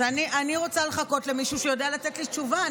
אז אני רוצה לחכות למישהו שיודע לתת לי תשובה.